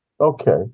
Okay